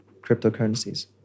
cryptocurrencies